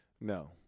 No